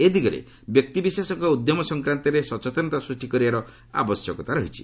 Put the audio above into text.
ଏ ଦିଗରେ ବ୍ୟକ୍ତିବିଶେଷଙ୍କ ଉଦ୍ୟମ ସଂକ୍ରାନ୍ତରେ ସଚେତନତା ସୃଷ୍ଟି କରିବାର ଆବଶ୍ୟକତା ରହିଛି